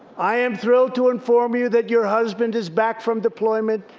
i am thrilled to inform you that your husband is back from deployment.